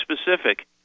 specific